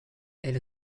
elle